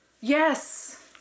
Yes